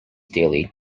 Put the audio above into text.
daily